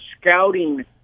scouting